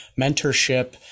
mentorship